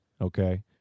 okay